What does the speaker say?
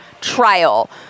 trial